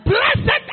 Blessed